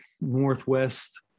Northwest